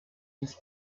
his